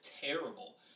terrible